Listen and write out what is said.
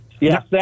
Yes